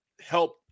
help